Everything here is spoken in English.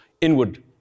inward